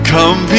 Come